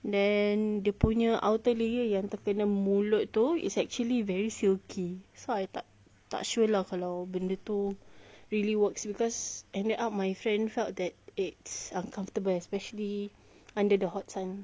then the dia punya outer layer yang kena mulut tu is actually very silky so I tak sure lah benda tu really works because ended up my friend felt that it's uncomfortable especially under the hot sun